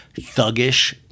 thuggish